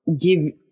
give